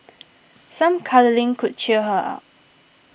some cuddling could cheer her up